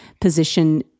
position